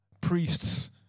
priests